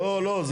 לא, לא.